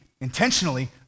intentionally